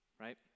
right